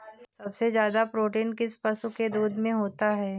सबसे ज्यादा प्रोटीन किस पशु के दूध में होता है?